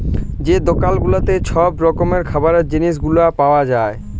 যে দকাল গুলাতে ছব রকমের খাবারের জিলিস গুলা পাউয়া যায়